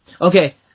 okay